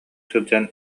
сылдьан